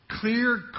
clear